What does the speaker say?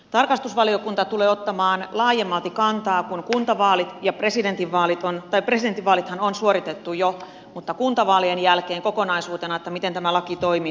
tarkastusvaliokunta tulee ottamaan laajemmalti kantaa kun on käyty kuntavaalit ja presidentinvaalit tai presidentinvaalithan on suoritettu jo mutta kuntavaalien jälkeen kokonaisuutena siihen miten tämä laki toimii tai ei toimi